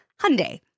Hyundai